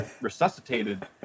resuscitated